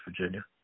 Virginia